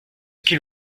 qu’il